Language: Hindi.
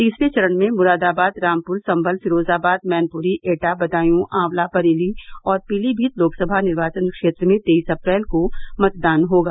तीसरे चरण में मुरादाबाद रामपुर सम्मल फिरोजाबाद मैनपुरी एटा बदायू आंवला बरेली और पीलीमीत लोकसभा निर्चावन क्षेत्र में तेईस अप्रैल को मतदान होगा